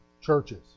churches